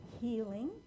healing